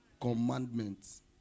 Commandments